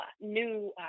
new